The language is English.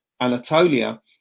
Anatolia